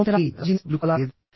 సోమరితనాన్ని వదులుకోవాలా లేదా